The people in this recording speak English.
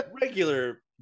regular